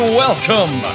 welcome